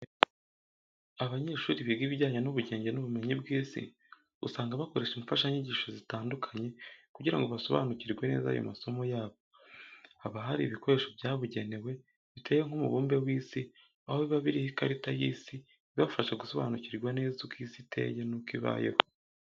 Abanyeshuri biga ibijyanye n'ubugenge n'ubumenyi bw'isi usanga bakoresha imfashanyigisho zitandukanye kugira ngo basobanukirwe neza ayo masomo yabo. Haba hari ibikoresho byabugenewe biteye nk'umubumbe w'isi, aho biba biriho ikarita y'isi ibafasha gusobanukirwa neza uko isi iteye nuko ubayeho.